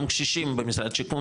גם קשישים במשרד השיכון,